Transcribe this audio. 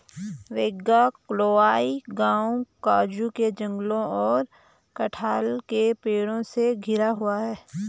वेगाक्कोलाई गांव काजू के जंगलों और कटहल के पेड़ों से घिरा हुआ है